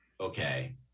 okay